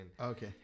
Okay